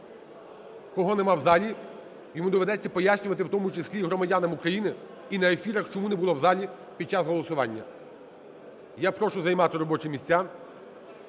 кого нема в залі, йому доведеться пояснювати, в тому числі і громадянам України, і на ефірах, чому не було в залі під час голосування. Я прошу займати робочі місця.